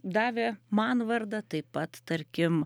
davė man vardą taip pat tarkim